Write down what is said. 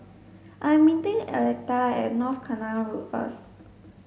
I'm meeting Electa at North Canal Road first